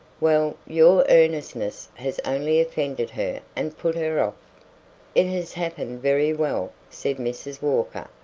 well, your earnestness has only offended her and put her off. it has happened very well, said mrs. walker.